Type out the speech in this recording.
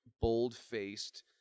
bold-faced